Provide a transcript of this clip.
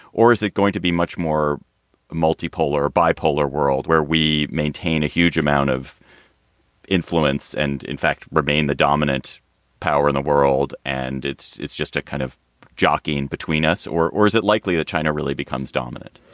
or is it going to be much more multipolar bipolar world where we maintain a huge amount of influence? and in fact, remain the dominant power in the world. and it's it's just a kind of jockeying between us. or or is it likely that china really becomes dominant?